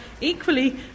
equally